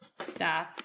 staff